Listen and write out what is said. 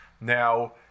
now